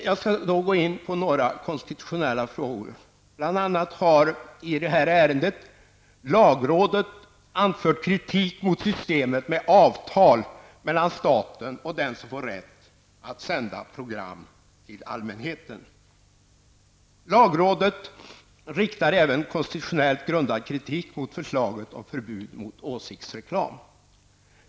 Jag skall gå in på några konstitutionella frågor. Bl.a. har i det här ärendet lagrådet anfört kritik mot systemet med avtal mellan staten och den som får rätt att sända program till allmänheten. Lagrådet riktar även konstitutionellt grundad kritik mot förslaget om förbud mot åsiktsreklam.